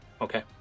Okay